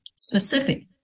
specific